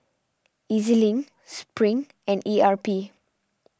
E Z Link Spring and E R P